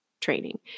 training